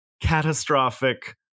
catastrophic